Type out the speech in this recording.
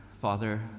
Father